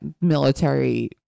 military